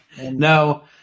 No